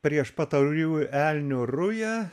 prieš pat taurių elnių rują